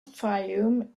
fayoum